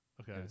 Okay